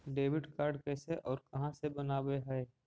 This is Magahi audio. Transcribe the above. डेबिट कार्ड कैसे और कहां से बनाबे है?